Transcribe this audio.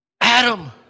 Adam